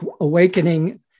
awakening